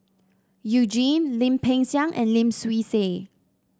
You Jin Lim Peng Siang and Lim Swee Say